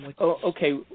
Okay